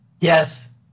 Yes